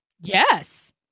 yes